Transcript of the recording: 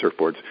surfboards